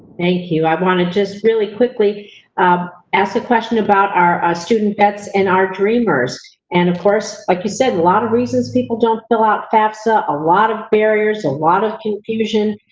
thank you, i want to just really quickly ask the question about our student vets and our dreamers. and of course, like you said, a lot of reasons people don't fill out fafsa, a lot of barriers, a lot of confusion,